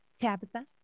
tabitha